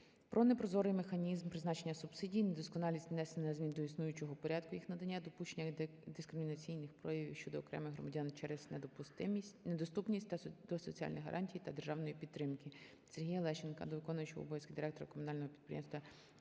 про непрозорий механізм призначення субсидій, недосконалість внесених змін до існуючого порядку їх надання, допущення дискримінаційних проявів щодо окремих громадян через недоступність до соціальних гарантій та державної підтримки. Сергія Лещенка до виконуючого обов'язки директора комунального підприємства